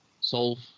Solve